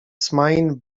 smain